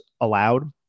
allowed